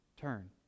turn